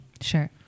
Sure